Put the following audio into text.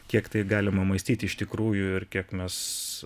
kiek tai galima mąstyti iš tikrųjų ir kiek mes